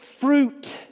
fruit